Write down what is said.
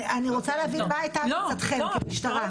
אני רוצה להבין מה הייתה המלצתכם כמשטרה?